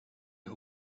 who